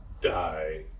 die